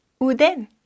Uden